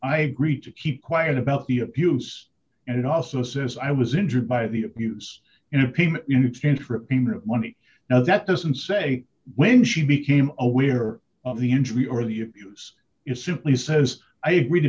i agreed to keep quiet about the abuse and it also says i was injured by the abuse in a unix entropy money now that doesn't say when she became aware of the injury or the abuse it simply says i agreed to